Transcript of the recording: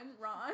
Ron